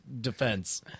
defense